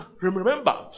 Remember